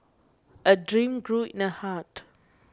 a dream grew in her heart